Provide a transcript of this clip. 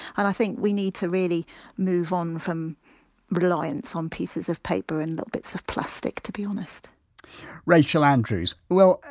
and i think we need to really move on from reliance on pieces of paper and little bits of plastic, to be honest rachael andrews well,